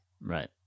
Right